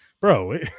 Bro